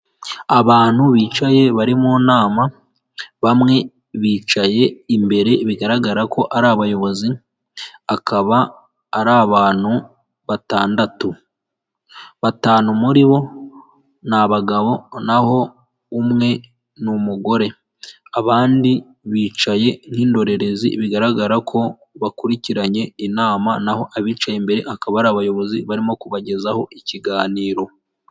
Abantu bicaye bari mu nama, bamwe bicaye imbere bigaragara ko ari abayobozi, akaba ari abantu batandatu. Batanu muri bo ni abagabo naho umwe ni umugore, abandi bicaye nk'indorerezi bigaragara ko bakurikiranye inama naho abicaye imbere akaba ari abayobozi barimo kubagezaho ikiganiro.